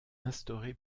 instauré